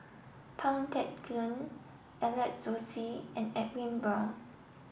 Pang Teck Joon Alex Josey and Edwin Brown